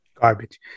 garbage